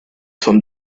from